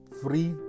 free